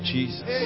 Jesus